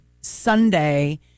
Sunday